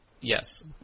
Yes